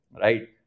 right